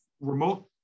remote